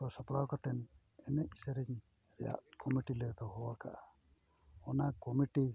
ᱠᱚ ᱥᱟᱯᱲᱟᱣ ᱠᱟᱛᱮᱫ ᱮᱱᱮᱡ ᱥᱮᱨᱮᱧ ᱨᱮᱭᱟᱜ ᱠᱚᱢᱤᱴᱤ ᱞᱮ ᱫᱚᱦᱚ ᱠᱟᱜᱼᱟ ᱚᱱᱟ ᱠᱚᱢᱤᱴᱤ